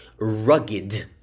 rugged